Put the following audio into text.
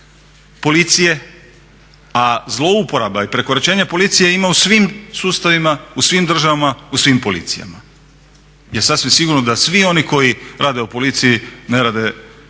policije, a zlouporaba i prekoračenje policije ima u svim sustavima, u svim državama u svim policijama. Jer sasvim sigurno da svi oni koji rade u policiji ne rade svoj